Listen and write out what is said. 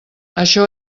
això